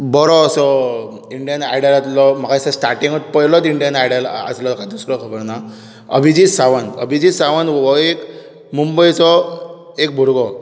बरो असो इंडियन आयडलांतलो म्हाका दिसता स्टार्टिगूंच पयलोच इंडियन आयडल आसलो तो दुसरो म्हाका खबर ना अभिजीत सावंत अभिजीत सावंत हो एक मुंबयचो एक भुरगो